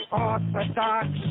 orthodox